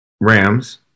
rams